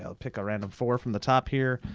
ah pick a random four from the top here,